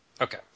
Okay